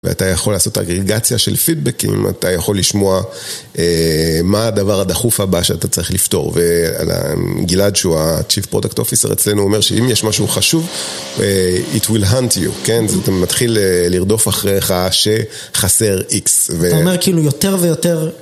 ואתה יכול לעשות אגרגציה של פידבקים, אתה יכול לשמוע מה הדבר הדחוף הבא שאתה צריך לפתור. וגלעד, שהוא ה-Chief Product Officer אצלנו, אומר שאם יש משהו חשוב, it will hunt you, כן? זאת אומרת, אתה מתחיל לרדוף אחריך שחסר X. אתה אומר, כאילו, יותר ויותר...